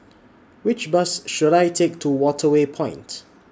Which Bus should I Take to Waterway Point